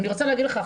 אני רוצה להגיד לך,